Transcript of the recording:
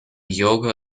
yoga